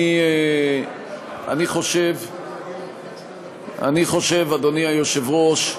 אני חושב, אדוני היושב-ראש,